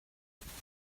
درصورتی